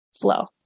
flow